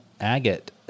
Agate